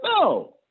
No